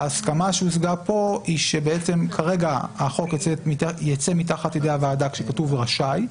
ההסכמה שהושגה פה היא שכרגע החוק ייצא מתחת ידי הוועדה כשכתוב רשאי,